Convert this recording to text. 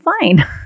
fine